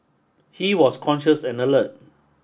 he was conscious and alert